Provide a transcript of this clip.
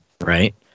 right